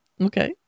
okay